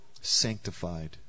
Sanctified